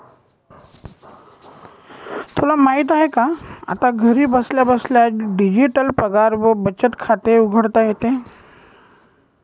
तुला माहित आहे का? आता घरी बसल्या बसल्या डिजिटल पगार व बचत खाते उघडता येते